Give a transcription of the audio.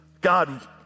God